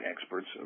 experts